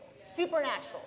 Supernatural